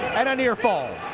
and a near fall.